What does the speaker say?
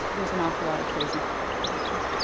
there's an awful lot of crazy care that happens.